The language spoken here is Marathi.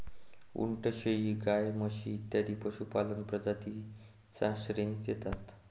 उंट, शेळी, गाय, म्हशी इत्यादी पशुपालक प्रजातीं च्या श्रेणीत येतात